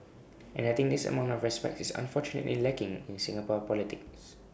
and I think this amount of respect is unfortunately lacking in Singapore politics